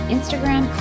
Instagram